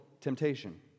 temptation